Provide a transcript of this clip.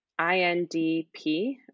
INDP